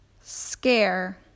Scare